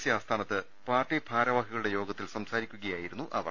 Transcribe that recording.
C ആസ്ഥാനത്ത് പാർട്ടി ഭാരവാഹികളുടെ യോഗത്തിൽ സംസാരിക്കുകയായിരുന്നു അവർ